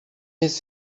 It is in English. his